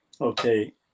okay